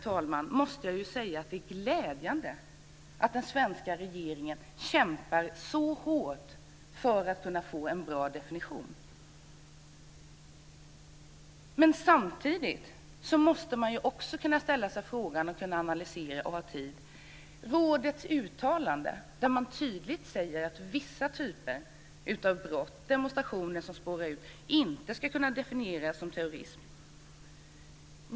Jag måste säga, herr talman, att det är glädjande att den svenska regeringen kämpar så hårt för att kunna få en bra definition. Men samtidigt måste man kunna ställa sig frågor, kunna analysera och ha tid. I rådets uttalande säger man tydligt att vissa typer av brott, t.ex. när demonstrationer spårar ur, inte ska kunna definieras som terrorism.